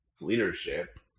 leadership